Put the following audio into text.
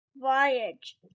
voyage